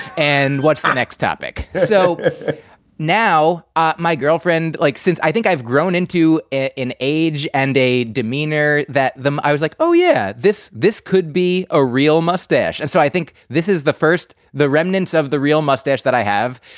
and what's the next topic? so now ah my girlfriend, like since i think i've grown into in age and a demeanor that i was like, oh yeah, this this could be a real mustache. and so i think this is the first the remnants of the real mustache that i have.